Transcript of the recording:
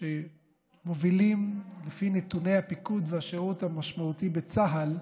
שמובילים לפי נתוני הפיקוד והשירות המשמעותי בצה"ל,